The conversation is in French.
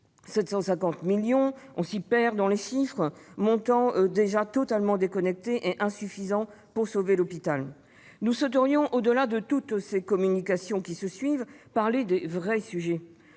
750 millions d'euros, on se perd dans les chiffres !-, déjà totalement déconnectées et insuffisantes pour sauver l'hôpital. Nous souhaiterions, au-delà de toutes ces communications successives, parler des vrais sujets